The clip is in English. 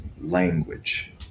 language